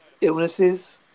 illnesses